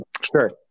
Sure